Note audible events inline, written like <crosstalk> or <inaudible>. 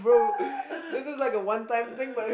<laughs>